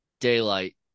daylight